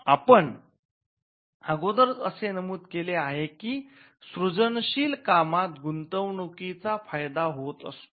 आपण अगोदरच असे नमूद केले आहे कि सृजनशील कामात गुंतवणुकीचा फायदा होत असतो